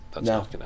No